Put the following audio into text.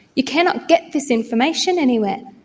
you cannot get this information anywhere.